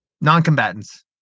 non-combatants